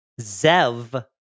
Zev